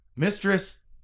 mistress